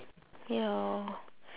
ya